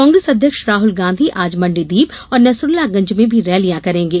कांग्रेस अध्यक्ष राहुल गांधी आज मण्डीदीप और नसरूल्लागंज में भी रैलियां करेंगे